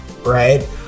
right